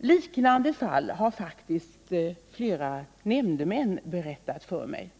Om liknande fall har faktiskt flera nämndemän berättat för mig.